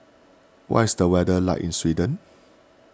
what is the weather like in Sweden